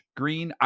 green